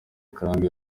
kandi